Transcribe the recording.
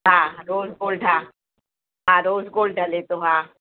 हा हा rose gold हा रोज़ गोल्ड हले थो हा